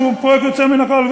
שפועל יוצא מן הכלל,